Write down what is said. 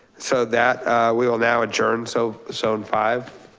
so that we will now adjourn so zone five.